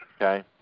Okay